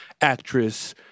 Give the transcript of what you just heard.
actress